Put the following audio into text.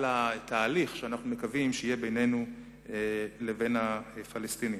על התהליך שאנחנו מקווים שיהיה בינינו לבין הפלסטינים.